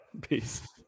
Peace